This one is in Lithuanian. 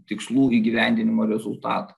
tikslų įgyvendinimo rezultatai